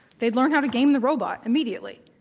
they'd learn how to game the robot immediately.